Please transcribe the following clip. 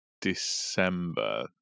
December